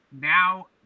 now